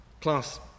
class